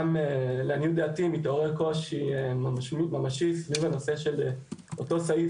גם לעניות דעתי מתעורר קושי ממשי סביב הנושא של אותו סעיף